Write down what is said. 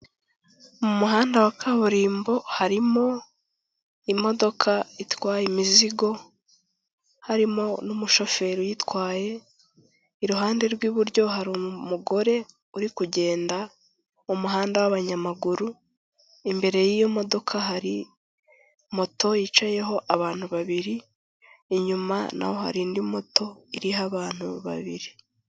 Mu muhanda wa kaburimbo harimo imodoka itwaye imizigo, harimo n'umushoferi uyitwaye, iruhande rw'iburyo hari umugore uri kugenda mu muhanda w'abanyamaguru, imbere y'iyo modoka hari moto yicayeho abantu babiri, inyuma naho hari indi moto iriho abantu babiri.